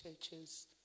churches